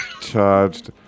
Charged